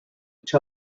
each